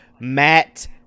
matt